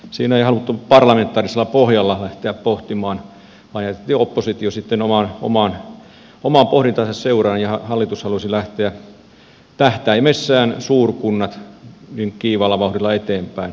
siinä ei haluttu parlamentaarisella pohjalla lähteä pohtimaan vaan jätettiin oppositio sitten oman pohdintansa seuraan ja hallitus halusi lähteä tähtäimessään suurkunnat kiivaalla vauhdilla eteenpäin